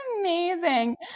amazing